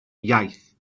iaith